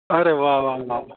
अरे वाह वाह वाह वाह